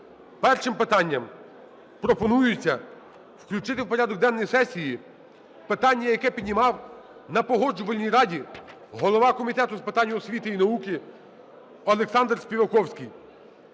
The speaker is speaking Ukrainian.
Першим питанням пропонується включити в порядок денний сесії питання, яке піднімав на Погоджувальній раді голова Комітету з питань освіти і науки Олександр Співаковський.